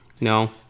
No